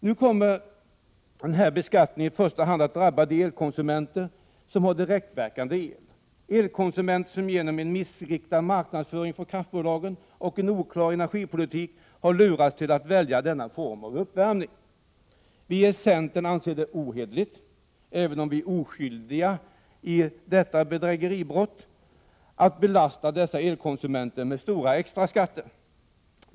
Nu kommer denna beskattning att i första hand drabba de elkonsumenter som har direktverkande el. Det gäller elkonsumenter som genom en missriktad marknadsföring från kraftbolagen och en oklar energipolitik har lurats till att välja denna form av uppvärmning. Vi i centern anser att det är ohederligt — även om vi är oskyldiga i detta bedrägeribrott — att belasta dessa elkonsumenter med stora extraskatter.